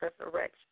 resurrection